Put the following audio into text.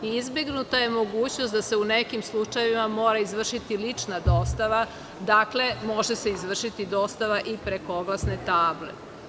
Izbegnuta je mogućnost da se u nekim slučajevima mora izvršiti lična dostava, dakle, može se izvršiti dostava i preko oglasne table.